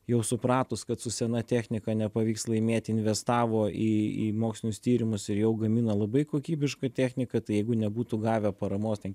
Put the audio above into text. jau supratus kad su sena technika nepavyks laimėti investavo į į mokslinius tyrimus ir jau gamino labai kokybišką techniką tai jeigu nebūtų gavę paramos ten